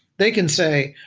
they can say,